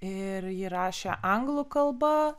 ir ji rašė anglų kalba